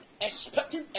expecting